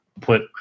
put